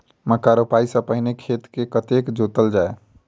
मक्का रोपाइ सँ पहिने खेत केँ कतेक जोतल जाए?